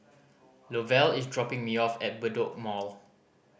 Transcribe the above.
Lovell is dropping me off at Bedok Mall